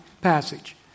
Passage